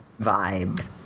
vibe